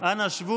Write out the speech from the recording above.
אנא שבו